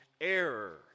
error